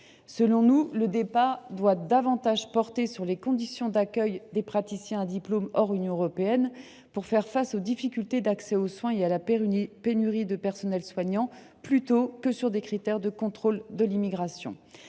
Selon nous, le débat doit porter davantage sur les conditions d’accueil des praticiens de santé à diplôme hors Union européenne afin de faire face aux difficultés d’accès aux soins et à la pénurie de personnel soignant plutôt que sur des critères de contrôle de l’immigration.